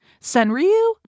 Senryu